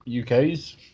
UK's